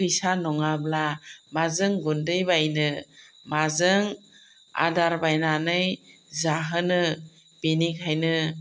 फैसा नङाब्ला माजों गुन्दै बायनो माजों आदार बायनानै जाहोनो बेनिखायनो